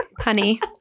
Punny